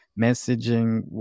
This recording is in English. messaging